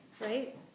Right